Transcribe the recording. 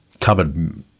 covered